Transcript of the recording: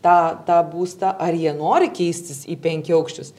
tą tą būstą ar jie nori keistis į penkiaaukščius